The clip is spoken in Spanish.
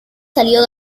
salió